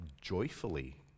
joyfully